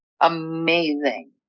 amazing